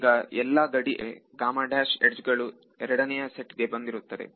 ಈಗ ಎಲ್ಲಾ ಗಡಿ ಯಡ್ಜ್ ಗಳು ಅಂದರೆ ಎಡ್ಜ್ ಗಳು ಎರಡನೆಯ ಸೆಟ್ ಗೆ ಬಂದಿರುತ್ತದೆ